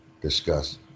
discuss